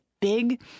big